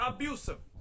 Abusive